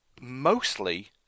mostly